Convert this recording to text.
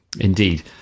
Indeed